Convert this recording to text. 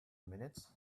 minutes